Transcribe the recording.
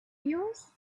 yours